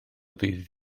ddydd